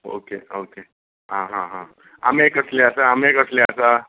okay okay आं हां हां आमे कसले आसा आमे कसले आसा